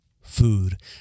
food